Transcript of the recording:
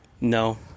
No